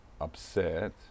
upset